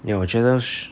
ya 我觉得 s~